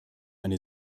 eine